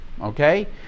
okay